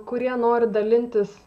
kurie nori dalintis